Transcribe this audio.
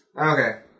Okay